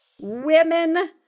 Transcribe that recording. Women